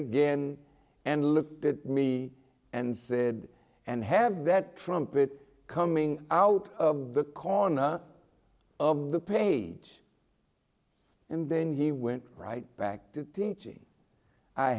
again and looked at me and said and have that trumpet coming out of the corner of the page and then he went right back to teaching i